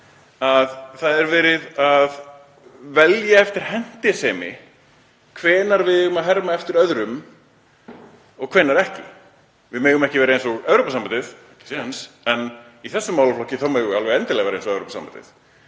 Það er verið að velja eftir hentisemi hvenær við eigum að herma eftir öðrum og hvenær ekki. Við megum ekki vera eins og Evrópusambandið, ekki séns, en í þessum málaflokki þá megum við alveg endilega vera eins og Evrópusambandið.